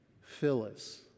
Phyllis